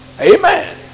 Amen